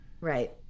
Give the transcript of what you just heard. Right